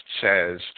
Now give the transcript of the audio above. says